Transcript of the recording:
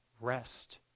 rest